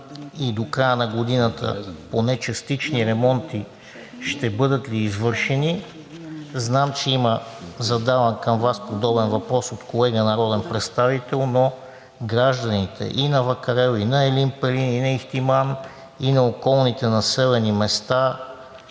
и до края на годината поне частични ремонти ще бъдат ли извършени? Знам, че има зададен към Вас въпрос от колега народен представител, но гражданите и на Вакарел, и на Елин Пелин, и на Ихтиман, и на околните населени места